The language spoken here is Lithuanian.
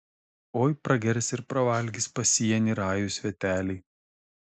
oi pragers ir pravalgys pasienį rajūs sveteliai